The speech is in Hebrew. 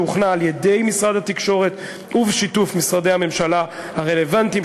שהוכנה על-ידי משרד התקשורת ובשיתוף משרדי הממשלה הרלוונטיים,